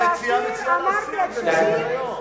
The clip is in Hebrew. המציעה מציעה להסיר את זה מסדר-היום.